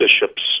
bishop's